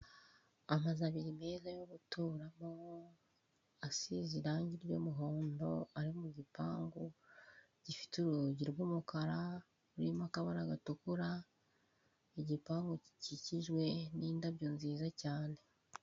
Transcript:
Amazu abiri meza yo guturamo, asize irangi ry'umuhondo, ari mu gipangu hifite urugi rw'umukara, rurimo akabara gatukura. Igipangu gikikijwe n'indabo nziza cyane.